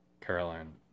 Caroline